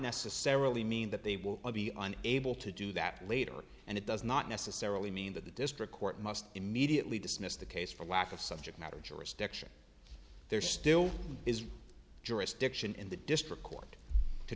necessarily mean that they will be on able to do that later and it does not necessarily mean that the district court must immediately dismiss the case for lack of subject matter jurisdiction there still is jurisdiction in the district court to